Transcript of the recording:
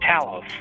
Talos